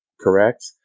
correct